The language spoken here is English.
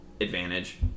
Advantage